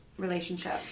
Relationship